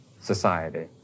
society